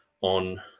on